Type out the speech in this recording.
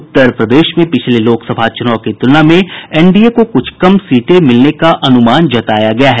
उत्तर प्रदेश में पिछले लोकसभा चुनाव की तुलना में एनडीए को कुछ कम सीटें मिलने का अनुमान जताया गया है